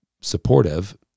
supportive